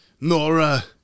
nora